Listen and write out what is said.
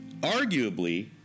arguably